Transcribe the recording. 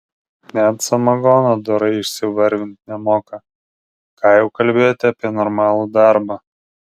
net samagono dorai išsivarvint nemoka ką jau kalbėti apie normalų darbą